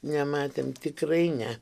nematėm tikrai ne